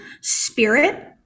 spirit